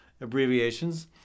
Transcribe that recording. abbreviations